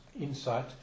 insight